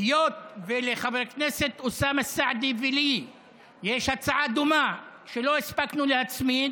היות שלחבר הכנסת אוסאמה סעדי ולי יש הצעה דומה שלא הספקנו להצמיד,